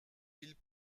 ils